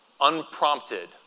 Unprompted